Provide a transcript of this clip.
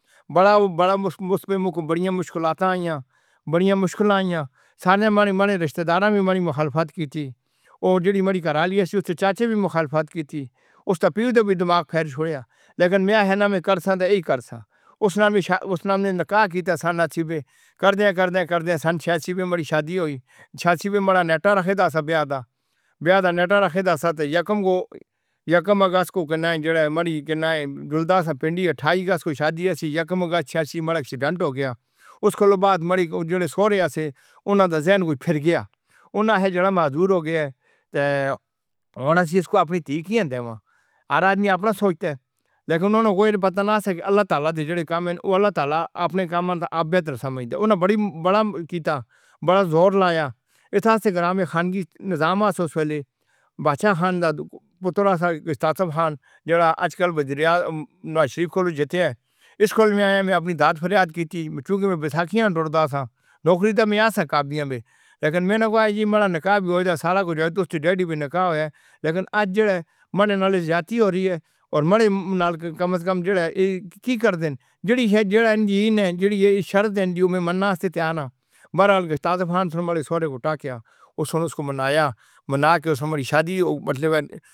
بڑا او بڑا اس پے کے مو کو بڑیاں مشکلاتاں آیاں، بڑیاں مشکلاں آیاں، سارے ماڑے رشتےداراں جیڑے اننے ماڑی مخالفت کیتی، او جیڑی ماڑی گھر آلی آ سی اس دے چاچے وی مخالفت کیتی، اس دا پیو دا وی دماغ پھیر شوڑیا، لیکن میں اے ای آخیا نا کے جرساں تے اے ہو ہی کرساں۔ اس نال میں شاد، اس نال میں نکاح کیتا سا نہ سن چھیاسی بے، کردیاں، کردیاں، کردیاں سن چھیاسی پہ ماڑی شادی ہوئیی، چھیاسی پہ ماڑا بیاہ دا نٹتا رکھن پیا دا تے اسساں تے یکم کو، یکم اگست کو جننا اے، جیڑی ماڑی، کہننا اے، جلدا سی پنڈی اٹھائی اگست کو شادی آ سی، یکم اگست چھیاسی ماڑا اکسیڈنٹ ہو گیا۔ اس کولو بعد، ماڑے جیڑے سورےآ سے اننا دا زہن کجھ پھیر گیا، اننا آخیا ں جیے اے معذور ہوگیا اے، تے! ہن اسسی اسسے کو اپنی طی کیاں دیواں؟ ہر آدمی اپنا سوچتا اے۔ لیکن اننا اے پتہ نا سا کے اللہ تعالی دے جیڑے کم ہن اواللہ تعالیٰ اپنے کم دا بہترسمجھدا اے۔ اننا بڑی، انڈا کیتا، بڑا زور لایا۔ ایتھاں اسی گراں وچ خانگی نظام آ ساں اس ویلے۔ بادشاہ خان دا پتر آ سا آصف خان، جیڑا آجکل، وزیراعاظم، نوازشریف کولوں جتتیا اے۔ اس کول میں آیاں، اپنی داد فریاد کیتی۔ کیوں کے میں بے ساکھیاں تے ٹر دا ساں۔ نوکریاں دا میں آ ساں قابل وی، لیکن میں اننا آخیا جی کے سارہ نکاح وی ہو دیا، سارا کج ہو دیا، اس نے ڈیڈی وہ نکاح کویا اے، لیکن آج جیڑا اے مننےنال زیادتی ہورہی ہے۔ اور مڑے نال کم از کم جیڑا اے، کی کردے ہن؟ جیڑا جی، جیڑی شے شرط ہین جو میں مننے وسطے تھیاں نا۔ برحال آصف خان ماڑے سورے اوتوں ٹاکیا۔ اوس ولوں منایا۔ منا کے اسساں ماڑی شادی، مطلب اے کے۔